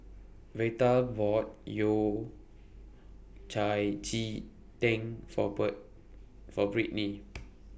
Veta bought Yao Cai Ji Tang For For Brittney